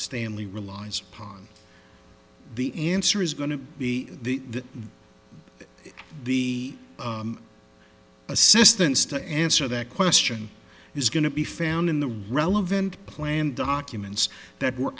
stanley relies upon the answer is going to be the that the assistance to answer that question is going to be found in the relevant plan documents that were